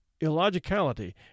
illogicality